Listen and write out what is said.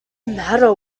matter